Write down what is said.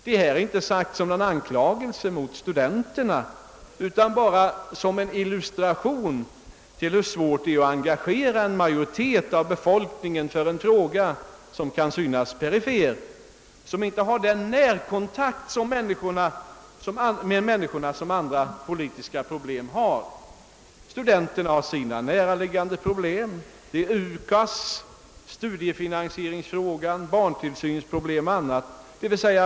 Jag säger inte detta som någon anklagelse mot studenterna utan bara för att illustrera hur svårt det är att engagera en majoritet av befolkningen för en fråga som kan synas perifer och som inte har den närkontakt med människorna som andra poli tiska problem har. Studenterna har sina näraliggande problem: UKAS, studiefinansieringsfrågan, barntillsynsproblemen etc.